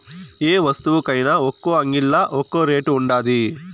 యే వస్తువుకైన ఒక్కో అంగిల్లా ఒక్కో రేటు ఉండాది